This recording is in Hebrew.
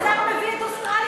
אבל השר מביא את אוסטרליה,